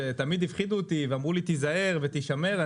שתמיד הפחידו אותי ואמרו לי תזהר ותשמר,